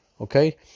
Okay